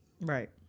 Right